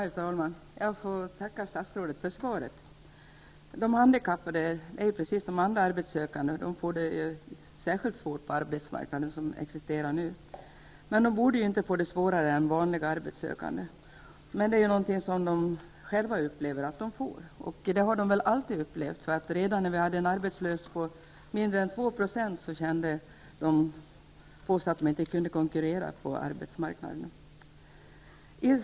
Herr talman! Jag tackar statsrådet för svaret. De handikappade arbetssökande är precis som andra arbetssökande. Men det blir särskilt svårt för de handikappade på den nu rådande arbetsmarknaden. De borde dock inte få det svårare än vanliga arbetssökande. Själva upplever de sin situation i alla fall på det sättet, och så har det nog alltid känts för dem. Redan då arbetslösheten omfattade mindre än 2 % kände de handikappade att de inte kunde konkurrera på arbetsmarknaden.